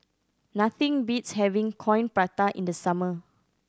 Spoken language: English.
nothing beats having Coin Prata in the summer